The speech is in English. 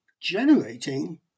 generating